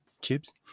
tubes